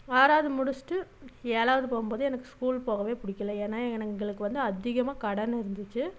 ஆறாவது முடிச்சுட்டு ஏழாவது போகும் போது எனக்கு ஸ்கூல் போகவே பிடிக்கல ஏன்னா எங்களுக்கு வந்து அதிகமாக கடன் இருந்துச்சு